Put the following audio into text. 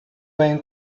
pueden